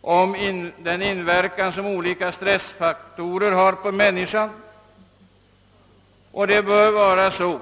och om olika stressfaktorers inverkan.